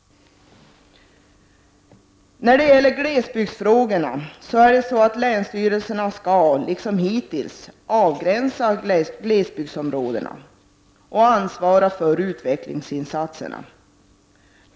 När det gäller glesbygdsfrågor skall länsstyrelserna, liksom hittills, avgränsa glesbygdsområdena och ansvara för utvecklingsinsatser.